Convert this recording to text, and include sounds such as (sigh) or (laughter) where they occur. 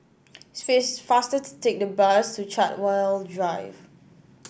(unintelligible) faster to take the bus to Chartwell Drive